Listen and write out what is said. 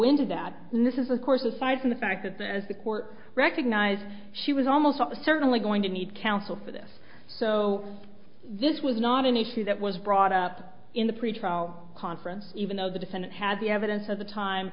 into that this is of course aside from the fact that the as the court recognized she was almost certainly going to need counsel for this so this was not an issue that was brought up in the pretrial conference even though the defendant had the evidence of the time